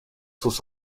sus